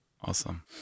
awesome